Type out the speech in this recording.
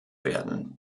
werden